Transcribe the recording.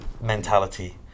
mentality